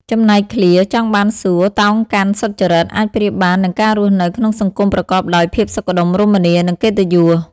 ចំណែកឃ្លា ចង់បានសួគ៌ តោងកាន់សុចរិត អាចប្រៀបបាននឹងការរស់នៅក្នុងសង្គមប្រកបដោយភាពសុខដុមរមនា និងកិត្តិយស។